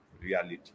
reality